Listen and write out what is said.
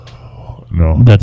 No